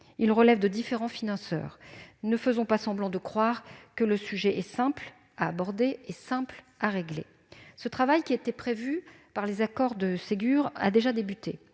relevant de différents financeurs. Ne faisons pas semblant de croire que le sujet est simple à aborder et à régler ! Ce travail, qui était prévu par les accords du Ségur de la santé,